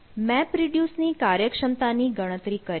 MapReduce ની કાર્યક્ષમતા ની ગણતરી કરીએ